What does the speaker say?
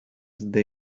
they